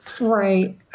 Right